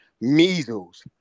measles